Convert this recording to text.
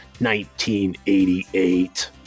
1988